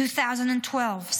2012,